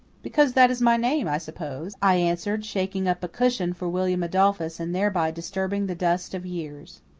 because that is my name, i suppose, i answered, shaking up a cushion for william adolphus and thereby disturbing the dust of years.